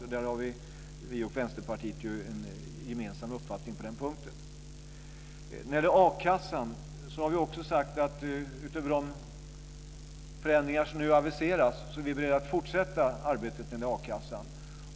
Och vi och Vänsterpartiet har ju en gemensam uppfattning på den punkten. Vi har också sagt att utöver de förändringar som nu aviseras när det gäller a-kassan så är vi beredda att fortsätta det arbetet.